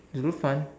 Zulfan